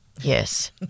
yes